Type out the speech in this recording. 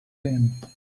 been